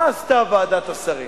מה עשתה ועדת השרים?